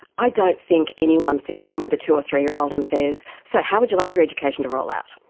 i don't think anyone sits down with a two or three-year-old and says, so, how would you like your education to roll out?